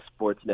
Sportsnet